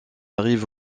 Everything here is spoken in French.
arrive